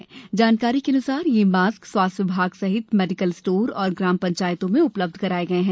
आधिकारिक जानकारी के अनुसार यह मास्क स्वास्थ्य विभाग सहित मेडिकल स्टोर और ग्राम पंचायतों में उपलब्ध कराये गये हैं